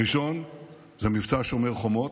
הראשון הוא מבצע שומר חומות,